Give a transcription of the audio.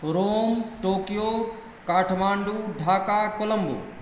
Rome Tokyo Kathmandu Dhaka Colombo